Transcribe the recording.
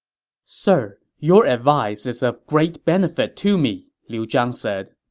sir, your advice is of great benefit to me, liu zhang said,